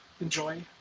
enjoy